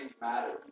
matter